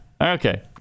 Okay